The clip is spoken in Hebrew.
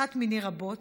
אחת מני רבות,